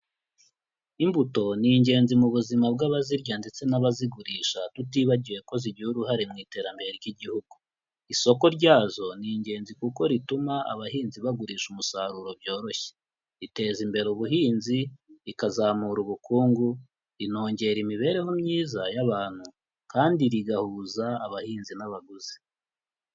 Imbuto ni ingenzi mu buzima bw'abazirya ndetse n'abazigurisha tutibagiwe ko zigira uruhare mu iterambere ry'igihugu. Isoko ryazo ni ingenzi kuko rituma abahinzi bagurisha umusaruro byoroshye. Iteza imbere ubuhinzi, ikazamura ubukungu, inongera imibereho myiza y'abantu kandi rigahuza abahinzi n'abaguzi.